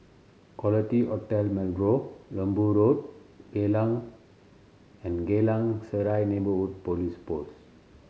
Quality Hotel Marlow Lembu Road Geylang and Geylang Serai Neighbourhood Police Post